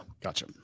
Gotcha